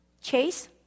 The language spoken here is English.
Chase